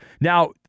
Now